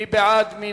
מי בעד?